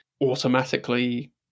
automatically